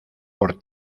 por